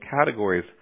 categories